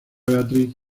beatriz